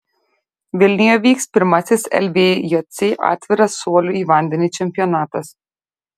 vilniuje vyks pirmasis lvjc atviras šuolių į vandenį čempionatas